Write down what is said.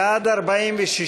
בעד, 46,